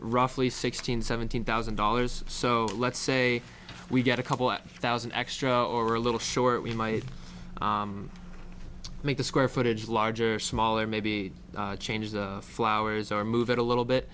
roughly sixteen seventeen thousand dollars so let's say we get a couple thousand extra or a little short we might make the square footage larger or smaller maybe change the flowers or move it a little bit